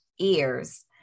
ears